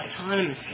autonomously